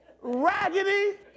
Raggedy